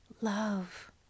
love